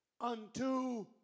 unto